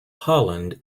holland